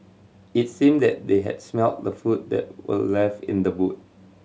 it seemed that they had smelt the food that were left in the boot